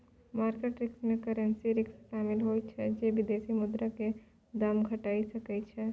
market risk में currency risk शामिल होइ छइ जे कारण विदेशी मुद्रा के दाम घइट सकइ छइ